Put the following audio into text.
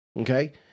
Okay